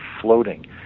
floating